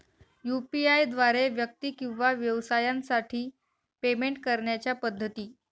UPI द्वारे व्यक्ती किंवा व्यवसायांसाठी पेमेंट करण्याच्या पद्धती